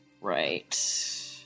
Right